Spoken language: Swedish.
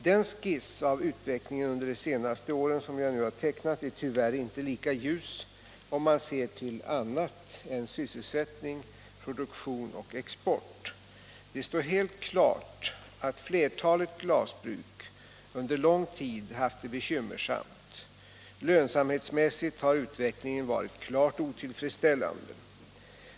Den skiss av utvecklingen under de senaste åren som jag nu har tecknat är tyvärr inte lika ljus om man ser till annat än sysselsättning, produktion och export. Det står helt klart att flertalet glasbruk under lång tid haft det bekymmersamt. Lönsamhetsmässigt har utvecklingen varit klart otillfredsställande.